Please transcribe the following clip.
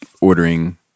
ordering